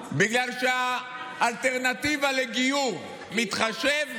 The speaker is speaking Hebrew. בגלל שהאלטרנטיבה לגיור מתחשב,